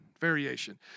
variation